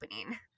opening